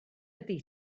ydy